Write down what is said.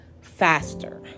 faster